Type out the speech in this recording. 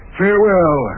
farewell